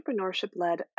entrepreneurship-led